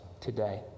today